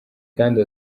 kandi